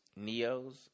neos